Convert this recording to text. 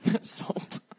salt